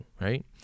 right